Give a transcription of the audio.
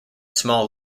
small